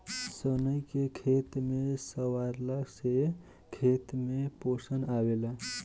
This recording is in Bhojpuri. सनई के खेते में सरावला से खेत में पोषण आवेला